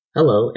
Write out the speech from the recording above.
Hello